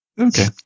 Okay